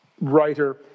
writer